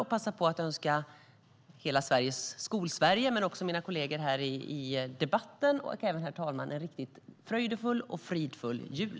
Jag passar på att önska hela Skolsverige, mina kollegor i debatten och även herr talmannen en riktigt fröjdefull och fridfull jul!